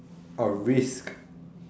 orh risk